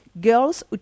girls